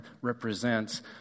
represents